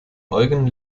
eugen